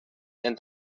and